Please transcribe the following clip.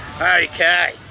okay